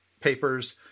papers